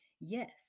Yes